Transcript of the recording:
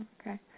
Okay